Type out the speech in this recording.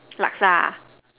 laksa